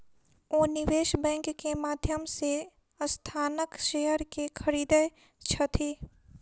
ओ निवेश बैंक के माध्यम से संस्थानक शेयर के खरीदै छथि